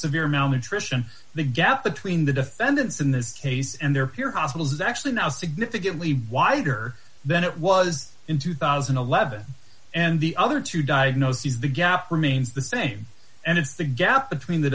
severe malnutrition the gap between the defendants in this case and their peer hospitals is actually not significantly wigner then it was in two thousand and eleven and the other two diagnoses the gaff remains the same and it's the gap between the